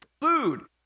Food